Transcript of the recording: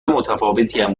متفاوتیم